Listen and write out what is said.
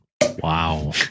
wow